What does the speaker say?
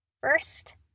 first